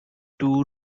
two